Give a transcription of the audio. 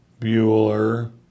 Bueller